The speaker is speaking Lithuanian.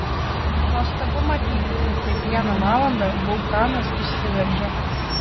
nuostabu matyti kaip kiekvieną valandą vulkanas išsiveržia